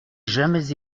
jamais